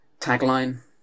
tagline